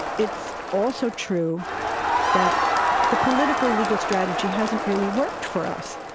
it's also true that the political-legal strategy hasn't really worked for us.